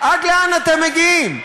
עד לאן אתם מגיעים?